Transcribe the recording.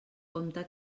compte